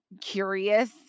curious